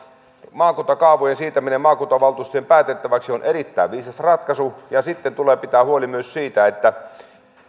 maakuntakaavojen siirtäminen maakuntavaltuustojen päätettäväksi on erittäin viisas ratkaisu ja sitten tulee pitää huoli myös siitä että